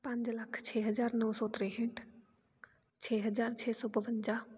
ਪੰਜ ਲੱਖ ਛੇ ਹਜ਼ਾਰ ਨੌ ਸੌ ਤਰੇਂਹਠ ਛੇ ਹਜ਼ਾਰ ਛੇ ਸੌ ਬਵੰਜਾ